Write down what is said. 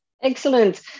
Excellent